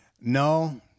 No